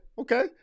okay